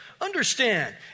Understand